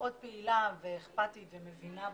מאוד פעילה, אכפתית ומבינה בתחום,